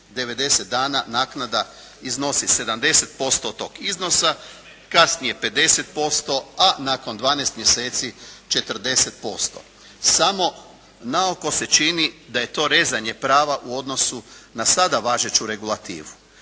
90 dana naknada iznosi 70% tog iznosa, kasnije 50% a nakon 12 mjeseci 40%. Samo naoko se čini da je to rezanje prava u odnosu na sada važeću regulativu.